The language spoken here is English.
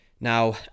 Now